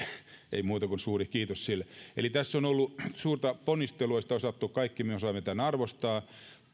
ei muuta kuin suuri kiitos heille eli tässä on ollut suurta ponnistelua ja kaikki me osaamme tätä arvostaa